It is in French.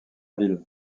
ville